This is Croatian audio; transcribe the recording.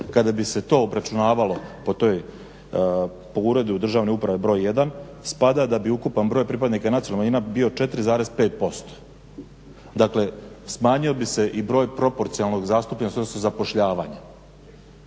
kada bi se to obračunavalo po uredu državne uprave broj 1 spada da bi ukupan broj pripadnika nacionalnih manjina bio 4,5%. Dakle smanjio bi se broj proporcionalne zastupljenosti odnosno zapošljavanja.